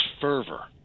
fervor